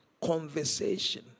Conversation